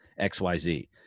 xyz